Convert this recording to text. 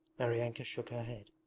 maryanka shook her head,